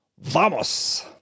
Vamos